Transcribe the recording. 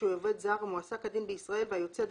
שהוא עובד זר המועסק כדין בישראל והיוצא,